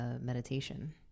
meditation